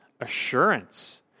assurance